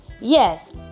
yes